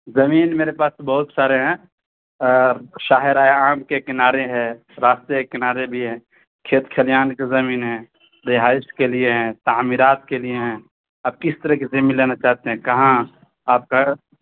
زمین میرے پاس تو بہت سارے ہیں شاہراہِ عام کے کنارے ہے راستے کے کنارے بھی ہے کھیت کھلیان کی زمین ہے رہائش کے لیے ہیں تعمیرات کے لیے ہیں آپ کس طرح کی زمین لینا چاہتے ہیں کہاں آپ گھر